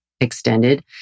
extended